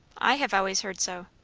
i have always heard so.